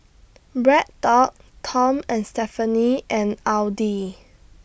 BreadTalk Tom and Stephanie and Audi